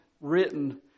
written